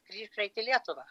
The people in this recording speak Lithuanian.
gįš greit į lietuvą